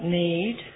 need